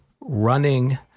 running